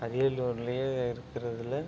அரியலூர்லையே இருக்கிறதுல